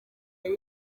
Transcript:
yari